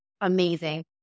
amazing